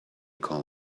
call